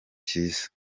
cyiza